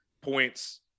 points